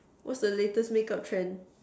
what's the latest makeup trend